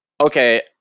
okay